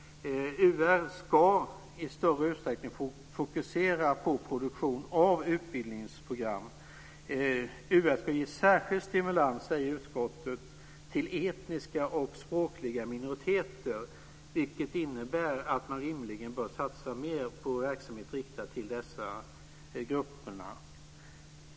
UR ska i större utsträckning fokusera på produktion av utbildningsprogram. Utskottet säger att UR ska ge särskild stimulans till etniska och språkliga minoriteter, vilket innebär att man rimligen bör satsa mer på verksamhet riktad till de grupperna.